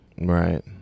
Right